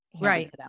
Right